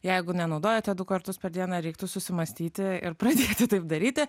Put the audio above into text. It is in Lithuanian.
jeigu nenaudojate du kartus per dieną reiktų susimąstyti ir pradėti taip daryti